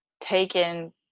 taken